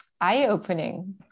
eye-opening